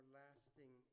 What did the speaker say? lasting